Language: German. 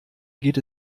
geht